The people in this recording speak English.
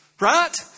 Right